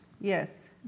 yes